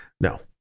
no